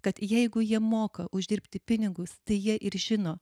kad jeigu jie moka uždirbti pinigus tai jie ir žino